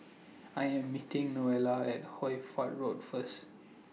I Am meeting Novella At Hoy Fatt Road First